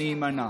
אני אימנע.